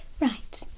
Right